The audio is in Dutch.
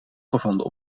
gevonden